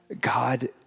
God